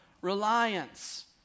reliance